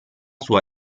sua